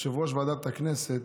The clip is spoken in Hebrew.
יושב-ראש ועדת הכנסת,